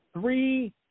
three